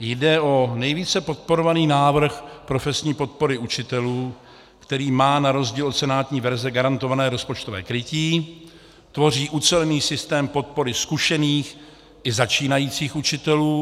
Jde o nejvíce podporovaný návrh profesní podpory učitelů, který má na rozdíl od senátní verze garantované rozpočtové krytí, tvoří ucelený systém podpory zkušených i začínajících učitelů.